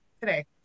today